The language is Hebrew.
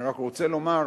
אני רק רוצה לומר,